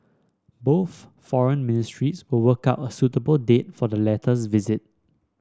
both foreign ministries will work out a suitable date for the latter's visit